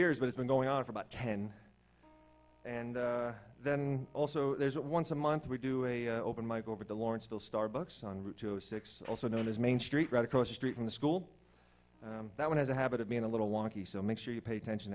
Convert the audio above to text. years but it's been going on for about ten and then also there's a once a month we do a open mike over to lawrenceville starbucks on route to six also known as main street right across the street from the school that one has a habit of being a little wonky so make sure you pay attention